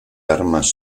armas